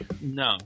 No